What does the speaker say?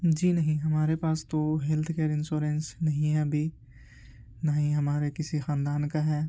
جی نہیں ہمارے پاس تو ہیلتھ کیئر انسورینس نہیں ہے ابھی نہ ہی ہمارے کسی خاندان کا ہے